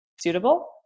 suitable